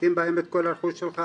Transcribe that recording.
שים בהם את כל הרכוש שלך,